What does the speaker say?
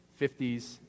50s